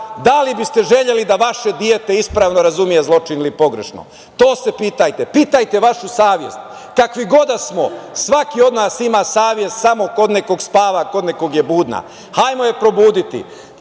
da li biste želeli da vaše dete ispravno razume zločin ili pogrešno? To se pitajte. Pitajte vašu savest, kakvi god da smo, svaki od nas ima savest samo kod nekog spava, kod nekoga je budna. Hajmo je probuditi.